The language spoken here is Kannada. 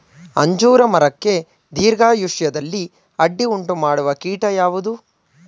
ಅಂಜೂರ ಮರಕ್ಕೆ ದೀರ್ಘಾಯುಷ್ಯದಲ್ಲಿ ಅಡ್ಡಿ ಉಂಟು ಮಾಡುವ ಕೀಟ ಯಾವುದು?